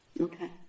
Okay